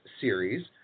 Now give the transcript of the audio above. series